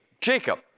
Jacob